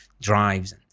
drives